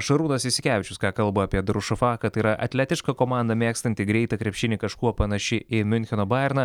šarūnas jasikevičius ką kalba apie darušufaką kad yra atletiška komanda mėgstanti greitą krepšinį kažkuo panaši į miuncheno bajerną